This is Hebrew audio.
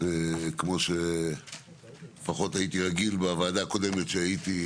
כמו שהייתי רגיל בוועדה הקודמת שהייתי,